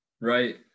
Right